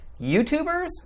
YouTubers